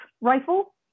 rifle